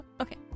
okay